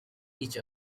each